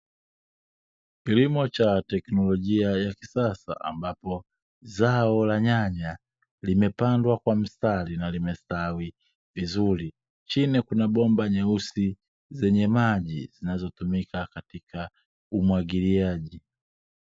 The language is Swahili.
Kilimo cha teknolojia ya kisasa ambapo zao la nyanya limepandwa kwa mstari na limestawi vizuri. Chini kuna bomba nyeusi zenye maji zinazotumika katika umwagiliaji.